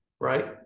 right